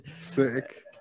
sick